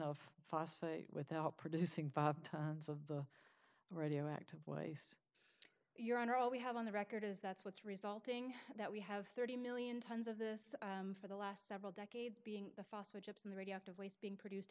of phosphate without producing five tons of the radioactive waste your honor all we have on the record is that's what's resulting that we have thirty million tons of this for the last several decades being the fossil chips and the radioactive waste be